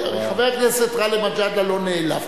חבר הכנסת גאלב מג'אדלה לא נעלב.